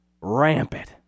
rampant